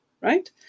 right